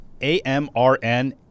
AMRN